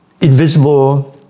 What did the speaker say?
invisible